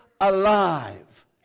alive